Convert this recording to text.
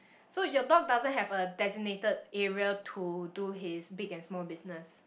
so you dog doesn't have a designated area to do his big and small business